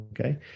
Okay